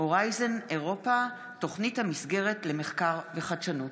"הורייזן אירופה, תוכנית המסגרת למחקר וחדשנות".